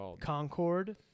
Concord